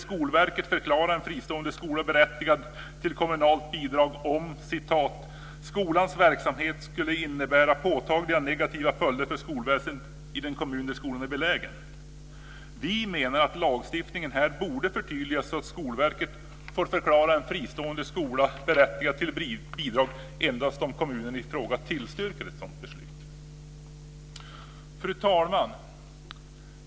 Skolverket förklara en fristående skola berättigad till kommunalt bidrag "om skolans verksamhet skulle innebära påtagliga negativa följder för skolväsendet i den kommun där skolan är belägen". Vi menar att lagstiftningen här borde förtydligas så att Skolverket får förklara en fristående skola berättigad till bidrag endast om kommunen i fråga tillstyrker ett sådant beslut. Fru talman!